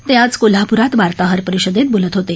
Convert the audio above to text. ते आज कोल्हापुरात वार्ताहर परिषदेत बोलत होते